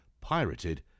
pirated